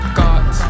got